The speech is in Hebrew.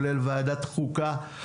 לוועדת החוקה.